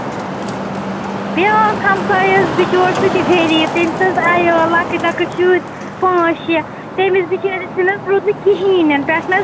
بیٛاکھ ہَمسایہِ حظ بِچور سُہ تہِ غریٖب تٔمِس حظ آیو لۄکٕٹۍ لۄکٕٹۍ شُرۍ پانژھ شیٚے تٔمِس بِچٲرِس حظ تہِ روٗد نہٕ کِہیٖنٛۍ نہٕ پٮ۪ٹھٕ حظ